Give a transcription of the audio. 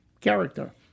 character